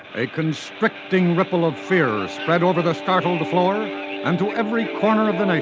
a constricting ripple of fear spread over the stockholder floor and to every corner of the nation.